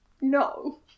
No